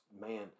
man